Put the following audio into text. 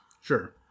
Sure